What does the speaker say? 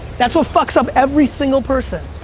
that's what fucks up every single person.